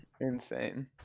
insane